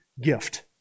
gift